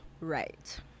Right